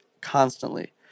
constantly